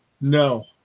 No